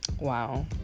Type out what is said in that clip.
wow